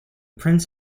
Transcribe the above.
prince